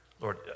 Lord